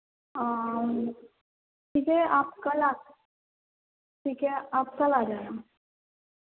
ٹھیک ہے آپ کل آ ٹھیک ہے آپ کل آ جانا